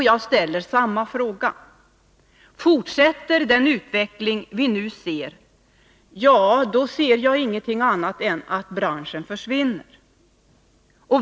Jag ställer samma fråga. Fortsätter den utveckling vi nu ser, ja, då återstår ingenting annat än att branschen försvinner.